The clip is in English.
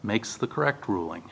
makes the correct ruling